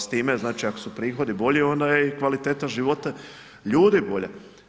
S time znači ako su prihodi bolji onda je i kvaliteta života ljudi bolja.